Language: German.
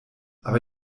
aber